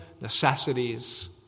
necessities